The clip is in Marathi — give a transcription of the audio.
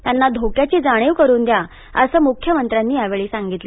त्यांना धोक्याची जाणीव करून द्या असं मुख्यमंत्र्यांनी यावेळी सांगितलं